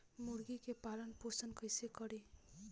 मुर्गी के पालन पोषण कैसे करी?